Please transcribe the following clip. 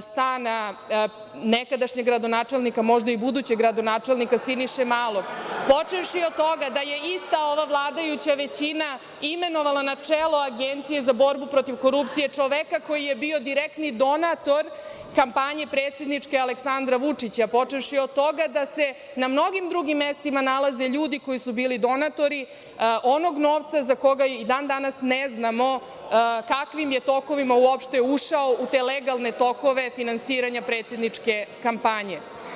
stana nekadašnjeg gradonačelnika, možda i budućeg gradonačelnika Siniše Malog, počevši od toga da je ista ova vladajuća većina imenovala na čelo Agencije za borbu protiv korupcije čoveka koji je bio direktni donator predsedničke kampanje Aleksandra Vučića, počevši od toga da se na mnogim drugim mestima nalaze ljudi koji su bili donatori onog novca za koji i dan danas ne znamo kakvim je tokovima uopšte ušao u te legalne tokove finansiranja predsedničke kampanje.